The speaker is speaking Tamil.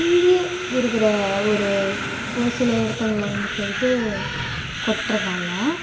இங்கேயே இருக்கிற ஒரு ஒரு சில இடத்துங்கள்ல வந்து போய்விட்டு கொட்டுறதால